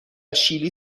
شیلی